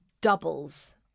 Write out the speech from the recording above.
doubles